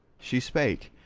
she spake,